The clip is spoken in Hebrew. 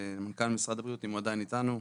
למנכ"ל משרד הבריאות אם הוא עדיין איתנו,